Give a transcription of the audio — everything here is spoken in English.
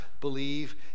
believe